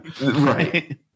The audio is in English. Right